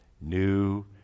new